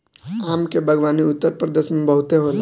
आम के बागवानी उत्तरप्रदेश में बहुते होला